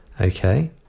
Okay